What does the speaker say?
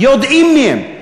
יודעים מי הם.